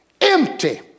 Empty